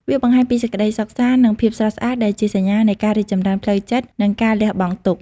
វាបង្ហាញពីសេចក្ដីសុខសាន្ត និងភាពស្រស់ស្អាត ដែលជាសញ្ញានៃការរីកចម្រើនផ្លូវចិត្ត និងការលះបង់ទុក្ខ។